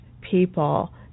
people